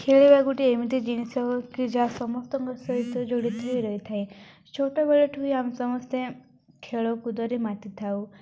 ଖେଳିବା ଗୋଟିଏ ଏମିତି ଜିନିଷ ହଉ କିି ଯାହା ସମସ୍ତଙ୍କ ସହିତ ଜଡ଼ିତ ହୋଇ ରହିଥାଏ ଛୋଟବେଳଠୁ ଆମେ ସମସ୍ତେ ଖେଳକୁଦରେ ମାତି ଥାଉ